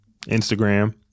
Instagram